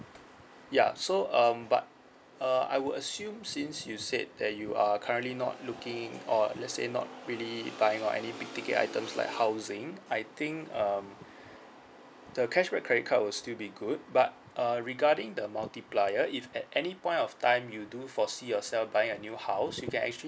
ya so um but uh I would assume since you said that you are currently not looking or let's say not really buying on any big ticket items like housing I think um the cashback credit card will still be good but uh regarding the multiplier if at any point of time you do foresee yourself buying a new house you can actually